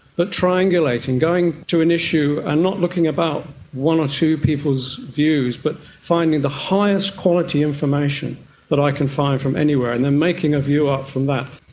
but triangulating, going to an issue and not looking at about one or two people's views but finding the highest quality information that i can find from anywhere and then making a view up from that.